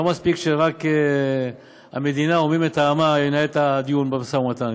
לא מספיק שרק המדינה או מי מטעמה ינהל את הדיון במשא ומתן,